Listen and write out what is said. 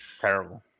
terrible